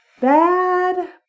bad